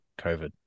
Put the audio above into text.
COVID